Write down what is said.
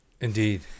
Indeed